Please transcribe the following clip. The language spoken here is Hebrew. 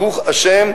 ברוך השם.